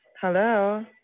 Hello